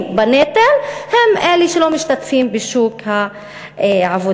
בנטל הם אלה שלא משתתפים בשוק העבודה.